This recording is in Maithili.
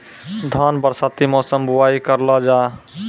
धान बरसाती मौसम बुवाई करलो जा?